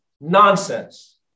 nonsense